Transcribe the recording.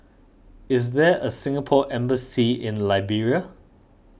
is there a Singapore Embassy in Liberia